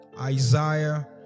Isaiah